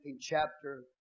chapter